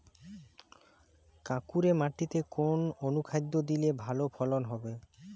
কাঁকুরে মাটিতে কোন অনুখাদ্য দিলে ভালো ফলন হবে?